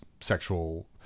sexual